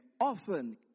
often